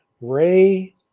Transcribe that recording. Ray